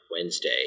Wednesday